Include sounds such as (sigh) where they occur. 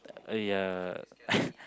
uh yeah (laughs)